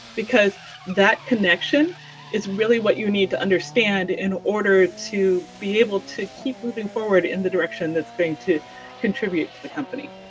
because that connection is really what you need to understand in order to be able to keep moving forward in the direction that's going to contribute to the company.